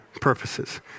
purposes